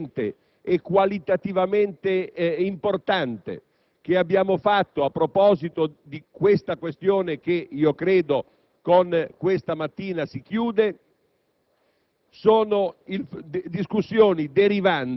anche la discussione, a mio avviso trasparente e qualitativamente importante, che abbiamo fatto a proposito della questione che - credo - con questa mattina si chiude,